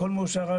הכול מאושר,